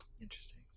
Interesting